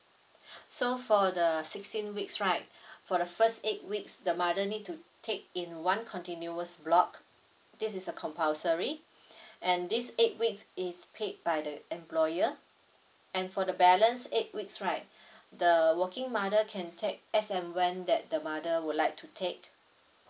so for the sixteen weeks right for the first eight weeks the mother need to take in one continuous block this is a compulsory and this eight weeks is paid by the employer and for the balance eight weeks right the working mother can take as and when that the mother would like to take